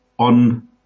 on